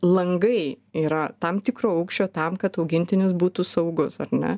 langai yra tam tikro aukščio tam kad augintinis būtų saugus ar ne